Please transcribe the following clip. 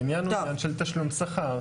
העניין הוא עניין של תשלום שכר.